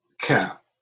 Cap